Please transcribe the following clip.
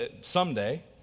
someday